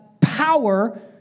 power